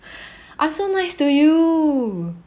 I so nice to you